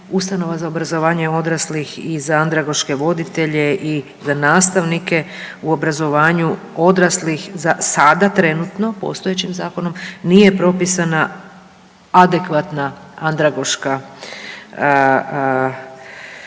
ustanova za obrazovanje odraslih i za andragoške voditelje i za nastavnike u obrazovanju odraslih. Za sada trenutno postojećim zakonom nije propisana adekvatna andragoška izobrazba.